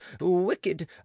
wicked